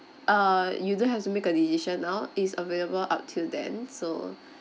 err you don't have to make a decision now it's available up till then so